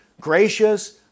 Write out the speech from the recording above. gracious